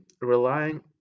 relying